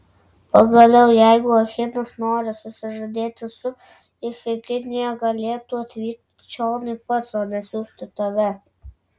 pagaliau jeigu achilas nori susižadėti su ifigenija galėtų atvykti čionai pats o ne siųsti tave